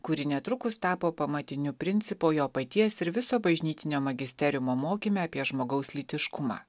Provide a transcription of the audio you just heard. kuri netrukus tapo pamatiniu principu jo paties ir viso bažnytinio magisteriumo mokyme apie žmogaus lytiškumą